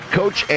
coach